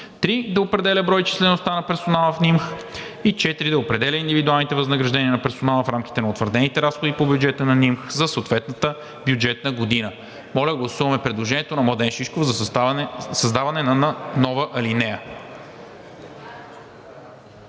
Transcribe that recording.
3. да определя броя и числеността на персонала в НИМХ; 4. да определя индивидуалните възнаграждения на персонала в рамките на утвърдените разходи по бюджета на НИМХ за съответната бюджетна година.“ Гласуваме предложението на Младен Шишков за създаване на нова алинея.